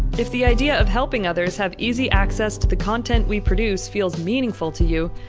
if the idea of helping others have easy access to the content we produce feels meaningful to you,